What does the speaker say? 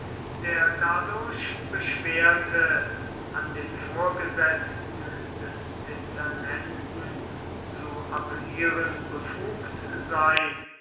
der dadurch beschwerte an den vorgesetzten des dezernenten zu appellieren befugt sei